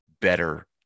better